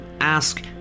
ask